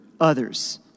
others